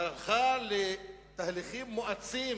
והלכה לתהליכים מואצים